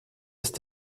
ist